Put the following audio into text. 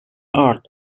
earth